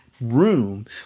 room